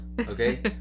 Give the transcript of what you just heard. Okay